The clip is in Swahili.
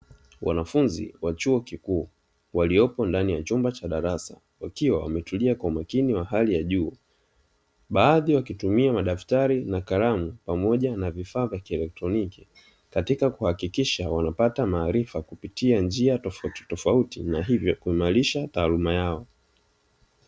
Wanafunzi wa chuo kikuu waliopo ndani ya chumba cha darasa wakiwa wametulia kwa umakini wa hali ya juu, baadhi wakitumia madaftari na kalamu pamoja na vifaa vya kielektroniki, katika kuhakikisha wanapata maarifa kupitia njia tofauti tofauti na hivyo kuimarisha taaluma yao.